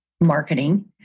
marketing